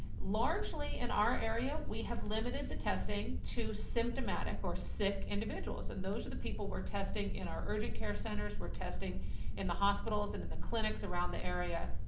largely in our area we have limited the testing to symptomatic or sick individuals and those are the people we're testing, in our urgent care centers, we're testing in the hospitals and the in clinics around the area.